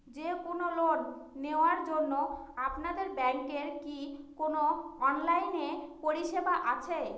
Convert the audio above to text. যে কোন লোন নেওয়ার জন্য আপনাদের ব্যাঙ্কের কি কোন অনলাইনে পরিষেবা আছে?